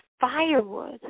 firewood